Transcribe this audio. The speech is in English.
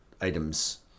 items